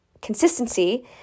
Consistency